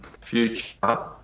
future